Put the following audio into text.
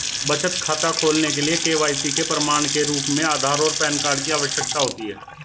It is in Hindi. बचत खाता खोलने के लिए के.वाई.सी के प्रमाण के रूप में आधार और पैन कार्ड की आवश्यकता होती है